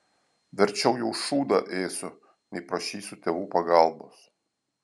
verčiau jau šūdą ėsiu nei prašysiu tėvų pagalbos